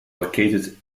located